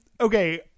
okay